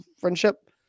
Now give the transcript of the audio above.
friendship